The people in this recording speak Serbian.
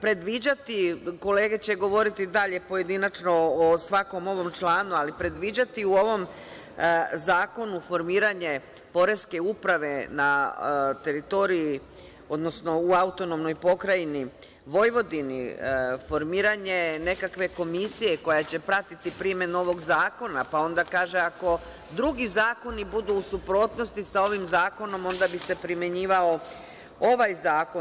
Predviđati, kolege će govoriti dalje pojedinačno o svakom ovom članu, ali predviđati u ovom zakonu formiranje poreske uprave na teritoriji, odnosno u AP Vojvodini, formiranje nekakve komisije koja će pratiti primenu ovog zakona, pa onda kaže ako drugi zakoni budu u suprotnosti sa ovim zakonom onda bi se primenjivao ovaj zakon.